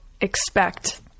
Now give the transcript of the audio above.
expect